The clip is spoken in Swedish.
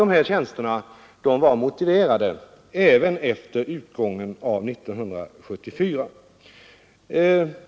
De var enligt vår mening motiverade även efter utgången av 1974.